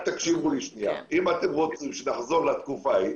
אם אתם רוצים שנחזור לתקופה ההיא,